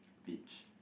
beach